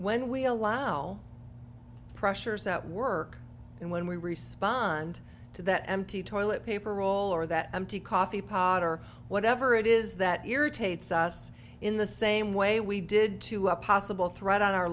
when we allow pressures at work and when we respond to that empty toilet paper roll or that empty coffee pot or whatever it is that irritates us in the same way we did to a possible threat on our